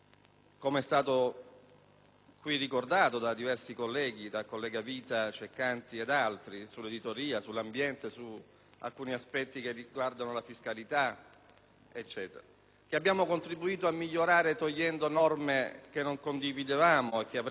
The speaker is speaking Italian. qui ricordato da diversi colleghi (dai colleghi Vita, Ceccanti ed altri), sull'editoria, sull'ambiente, su alcuni aspetti che riguardano la fiscalità e così via; che abbiamo contribuito a migliorare togliendo norme che non condividevamo e che avrebbero prodotto danni: